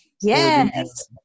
Yes